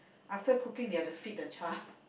after cooking they have to feed the child